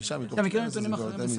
אם אתה מכיר נתונים אחרים בסדר.